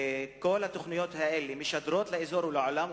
כל התוכניות האלה משדרות לאזור ולעולם,